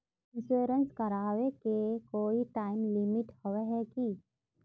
Insurance कराए के कोई टाइम लिमिट होय है की?